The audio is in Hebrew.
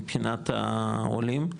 מבחינת העולים,